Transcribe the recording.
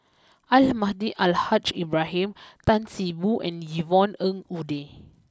Almahdi Al Haj Ibrahim Tan see Boo and Yvonne Ng Uhde